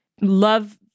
love